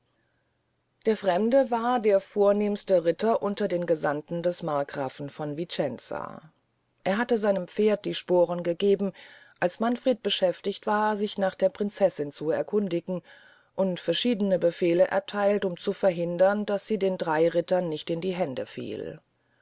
der fremde war der vornehmste ritter unter den gesandten des marggrafen von vicenza er hatte seinem pferde die sporen gegeben als manfred beschäftigt war sich nach der prinzessin zu erkundigen und verschiedene befehle ertheilte um zu verhindern daß sie den drey rittern nicht in die hände fiele